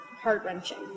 heart-wrenching